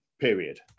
period